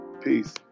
Peace